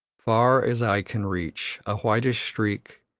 far as eye can reach, a whitish streak,